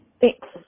Thanks